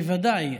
בוודאי,